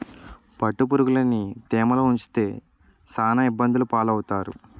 పట్టుపురుగులుని తేమలో ఉంచితే సాన ఇబ్బందులు పాలవుతారు